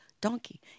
donkey